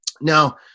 Now